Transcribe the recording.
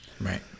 Right